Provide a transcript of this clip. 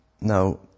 now